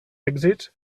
èxits